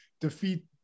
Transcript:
defeat